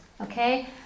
Okay